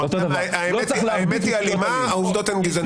האמת היא אלימה, העובדות הן גזעניות.